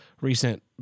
recent